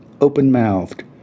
open-mouthed